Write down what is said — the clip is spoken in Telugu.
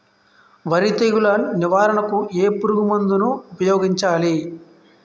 వరి తెగుల నివారణకు ఏ పురుగు మందు ను ఊపాయోగించలి?